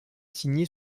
signé